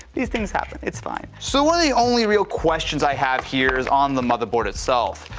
these things happen, it's fine. so one of the only real questions i have here is on the motherboard itself.